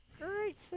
great